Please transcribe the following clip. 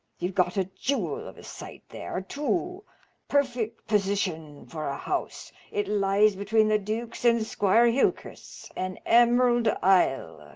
you've got a jewel of a site there, too perfect position for a house. it lies between the duke's and squire hillcrist's an emerald isle.